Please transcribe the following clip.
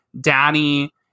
Daddy –